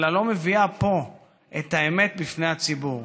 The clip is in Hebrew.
אלא היא לא מביאה פה את האמת בפני הציבור.